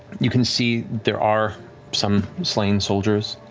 you can see there are some slain soldiers.